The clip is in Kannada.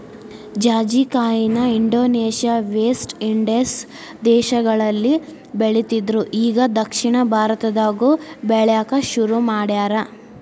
ಜಾಜಿಕಾಯಿನ ಇಂಡೋನೇಷ್ಯಾ, ವೆಸ್ಟ್ ಇಂಡೇಸ್ ದೇಶಗಳಲ್ಲಿ ಬೆಳಿತ್ತಿದ್ರು ಇಗಾ ದಕ್ಷಿಣ ಭಾರತದಾಗು ಬೆಳ್ಯಾಕ ಸುರು ಮಾಡ್ಯಾರ